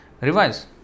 revise